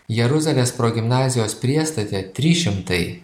jeruzalės progimnazijos priestate trys šimtai